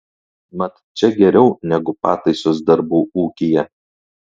mat čia geriau negu pataisos darbų ūkyje